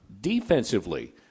defensively